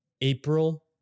April